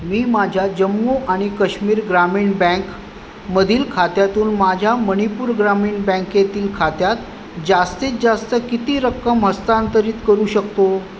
मी माझ्या जम्मू आणि काश्मीर ग्रामीण बँकमधील खात्यातून माझ्या मणिपूर ग्रामीण बँकेतील खात्यात जास्तीत जास्त किती रक्कम हस्तांतरित करू शकतो